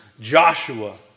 Joshua